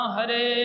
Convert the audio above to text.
Hare